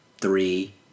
three